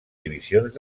divisions